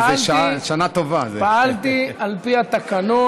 שמית בפעם הראשונה, ולכן,